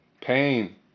pain